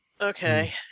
Okay